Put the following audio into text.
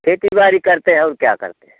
खेती बाड़ी करते हैं और क्या करते हैं